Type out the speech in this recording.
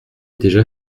déjà